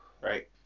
right